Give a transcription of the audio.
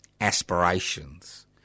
aspirations